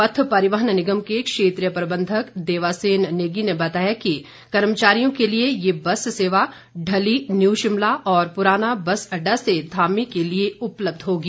पथ परिवहन निगम के क्षेत्रीय प्रबंधक देवासेन नेगी ने बताया कि कर्मचारियों के लिए ये बस सेवा ढली न्यू शिमला और पुराना बस अड्डा से धामी के लिए उपलब्ध होगी